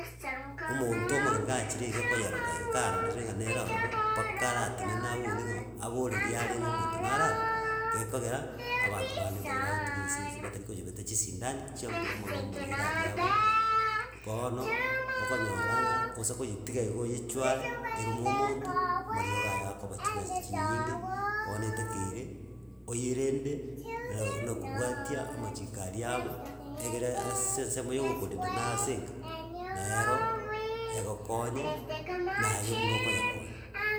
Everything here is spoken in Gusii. Omonto omogeni ga achire iga koyerora iga, karorire ng'a nero ororo, mpaka aratenena abori ng'a, aboreri are ng'a omonto naro abwo, gekogera, abanto bande mbare bagotuga esese batari koyebeta chisindani chiamboma ama amarwaire aria abo, bono okonyora ng'a osa koyetiga igo oyechware, erome omonto, amariogo aye akoba chibesa chinyinge, bono etakeire oyerende naa nakobwatia amachiko aria abo, egere ase ensemo ya ogokorenda naase enka, neroo egokonye, naye buna okoyekonya.